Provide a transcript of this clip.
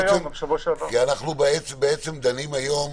אנחנו דנים היום,